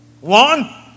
One